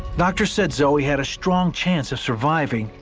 doctors said zoe had a strong chance of surviving,